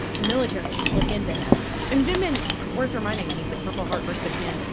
the military should look into him and vindman, worth reminding, he's a purple heart recipient.